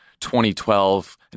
2012